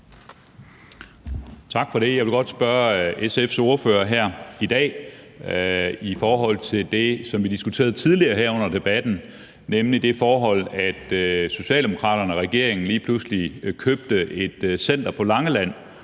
Tak for det. Jeg vil godt her i dag spørge SF's ordfører om det, som vi diskuterede tidligere under debatten, nemlig det forhold, at Socialdemokraterne og regeringen lige pludselig købte et center på Langeland,